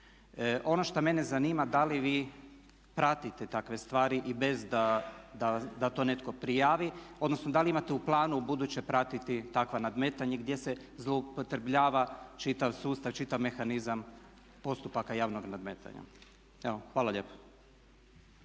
Ono što mene zanima da li vi pratite takve stvari i bez da to netko prijavi, odnosno da li imate u planu ubuduće pratiti takva nadmetanja gdje se zloupotrebljava čitav sustav, čitav mehanizam postupaka javnog nadmetanja. Evo hvala lijepa.